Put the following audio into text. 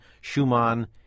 Schumann